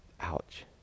Ouch